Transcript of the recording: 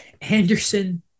Anderson